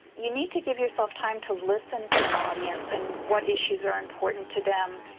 you need to give yourself time to listen to an audience and what issues are important to them.